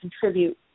contribute